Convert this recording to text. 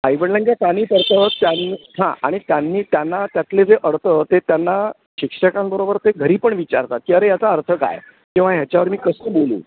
आईवडिलांच्या कानी पडतं त्यां हां आणि त्यांनी त्यांना त्यातले जे अर्थ ते त्यांना शिक्षकांबरोबर ते घरी पण विचारतात की अरे याचा अर्थ काय किंवा ह्याच्यावर मी कसं बोलू